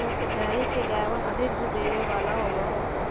dairy के गायवन अधिक दूध देवे वाला होबा हई